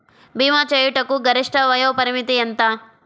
భీమా చేయుటకు గరిష్ట వయోపరిమితి ఎంత?